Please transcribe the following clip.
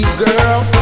girl